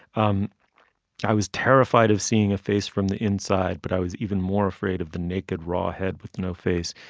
um i was terrified of seeing a face from the inside but i was even more afraid of the naked raw head with no face.